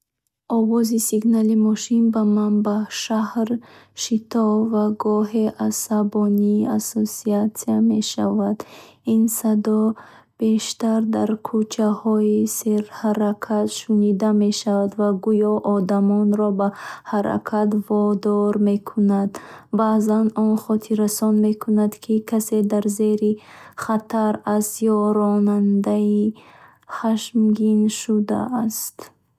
Овози сигнали мошин ба ман бо шаҳр, шитоб ва гоҳе асабонӣ ассоатсия мешавад. Ин садо бештар дар кӯчаҳои серҳаракат шунида мешавад ва гӯё одамонро ба ҳаракат водор мекунад. Баъзан он хотиррасон мекунад, ки касе дар зери хатар аст ё ронанда хашмгин шудааст.